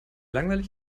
langweilig